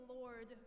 Lord